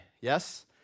Yes